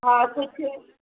हा कुझु